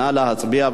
נא להצביע.